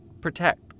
Protect